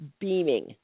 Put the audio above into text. beaming